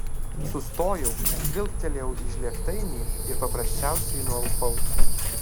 sustojau žvilgtelėjau į žlėgtainį ir paprasčiausiai nualpau